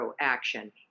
action